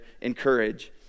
encourage